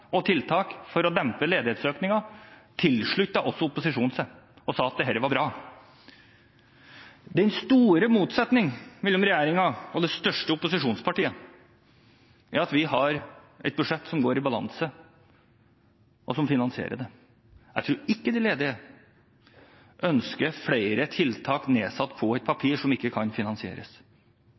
og tiltak for å dempe ledighetsøkningen, sluttet også opposisjonen seg til og sa var bra. Den store motsetningen mellom regjeringen og det største opposisjonspartiet er at vi har et budsjett som går i balanse, og som finansierer det. Jeg tror ikke de ledige ønsker flere tiltak nedsatt på et papir, som ikke kan finansieres.